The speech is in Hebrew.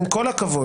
עם כל הכבוד,